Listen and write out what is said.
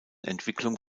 entwicklung